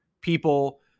people